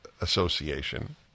association